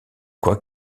quoi